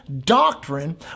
doctrine